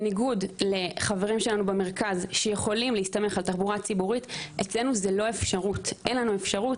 בניגוד לחברינו במרכז שיכולים להסתמך על תחבורה ציבורית לנו אין אפשרות.